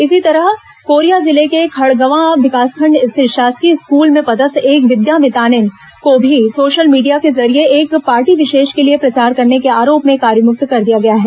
इसी तरह कोरिया जिले के खड़गवां विकासखंड स्थित शासकीय स्कूल में पदस्थ एक विद्यामितान को भी सोशल मीडिया के जरिए एक पार्टी विशेष के लिए प्रचार करने के आरोप में कार्यमुक्त कर दिया गया है